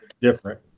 different